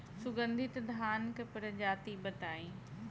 सुगन्धित धान क प्रजाति बताई?